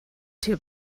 too